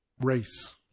race